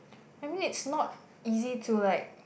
I mean it's not easy to like